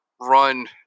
run